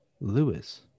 Lewis